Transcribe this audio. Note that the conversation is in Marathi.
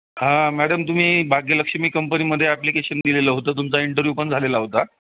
हां मॅडम तुम्ही भाग्यलक्ष्मी कंपनीमध्ये ॲप्लिकेशन दिलेलं होतं तुमचा इंटरव्यू पण झालेला होता